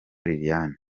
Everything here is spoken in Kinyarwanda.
liliane